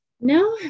No